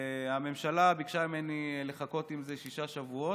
הממשלה ביקשה ממני לחכות עם זה שישה שבועות.